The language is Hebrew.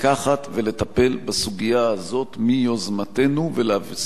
בסוגיה הזאת מיוזמתנו ולהביא לה פתרון.